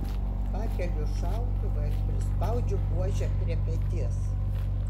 pakeliu šautuvą ir prispaudžiu buožę prie peties